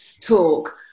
talk